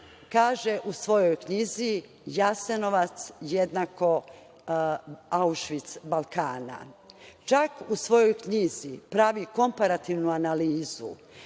kaže u svojoj knjizi: „Jasenovac jednako Aušvic Balkana“. Čak u svojoj knjizi pravi komparativnu analizu